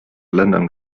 ländern